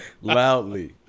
loudly